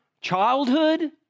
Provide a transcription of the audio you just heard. childhood